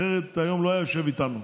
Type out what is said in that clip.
אחרת היום הוא לא היה יושב איתנו.